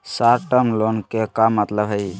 Short term loan के का मतलब हई?